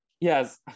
yes